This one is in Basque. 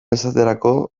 esaterako